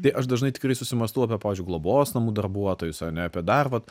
tai aš dažnai tikrai susimąstau apie pavyzdžiui globos namų darbuotojus ane apie dar vat